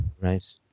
Right